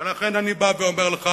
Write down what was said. ולכן אני בא ואומר לך,